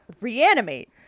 reanimate